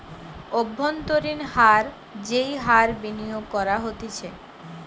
অব্ভন্তরীন হার যেই হার বিনিয়োগ করা হতিছে